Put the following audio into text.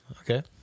Okay